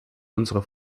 unsere